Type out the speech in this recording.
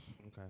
Okay